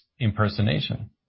impersonation